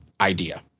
idea